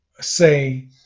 say